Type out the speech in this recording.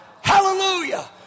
Hallelujah